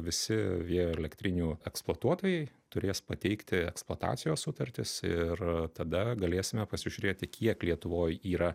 visi vėjo elektrinių eksploatuotojai turės pateikti eksploatacijos sutartis ir tada galėsime pasižiūrėti kiek lietuvoj yra